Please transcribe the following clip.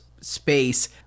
space